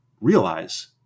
realize